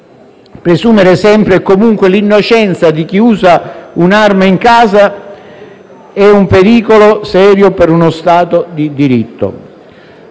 Presumere sempre e comunque l'innocenza di chi usa un'arma in casa è un pericolo serio per uno Stato di diritto.